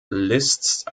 liszt